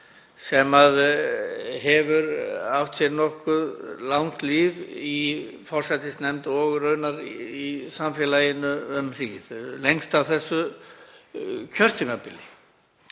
sem hefur átt sér nokkuð langt líf í forsætisnefnd og raunar í samfélaginu um hríð lengst af þessu kjörtímabili,